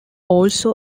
also